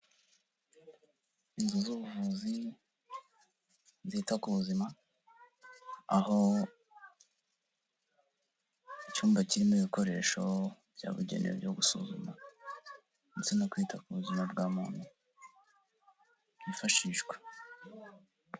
Inzu z'ubuvuzi zita ku buzima, aho icyumba kirimo ibikoresho byabugenewe byo gusuzuma ndetse no kwita ku buzima bwa muntu, byifashishwa.